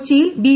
കൊച്ചിയിൽ ബി